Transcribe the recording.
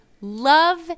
love